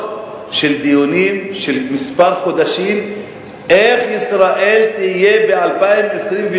של דיונים של כמה חודשים איך ישראל תהיה ב-2028,